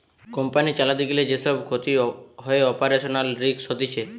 company চালাতে গিলে যে সব ক্ষতি হয়ে অপারেশনাল রিস্ক হতিছে